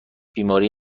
بیماری